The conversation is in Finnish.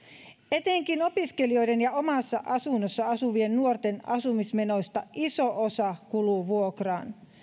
etenkin opiskelijoiden ja omassa asunnossa asuvien nuorten asumismenoista iso osa kuluu vuokraan